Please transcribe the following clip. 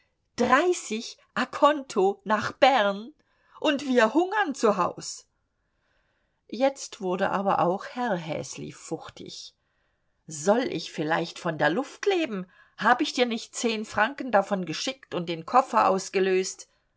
dreißig conto nach bern und wir hungern zuhaus jetzt wurde aber auch herr häsli fuchtig soll ich vielleicht von der luft leben hab ich dir nicht zehn franken davon geschickt und den koffer ausgelöst